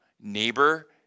neighbor